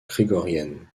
grégorienne